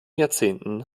jahrzehnten